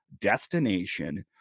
destination